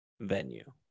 venue